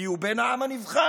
כי הוא בן העם הנבחר,